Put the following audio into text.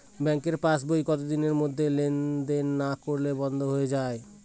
ব্যাঙ্কের পাস বই কত দিনের মধ্যে লেন দেন না করলে বন্ধ হয়ে য়ায়?